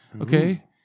okay